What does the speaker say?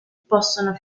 possono